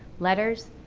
letters,